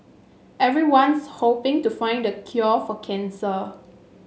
everyone's hoping to find the cure for cancer